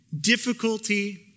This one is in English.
difficulty